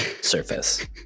surface